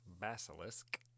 Basilisk